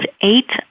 eight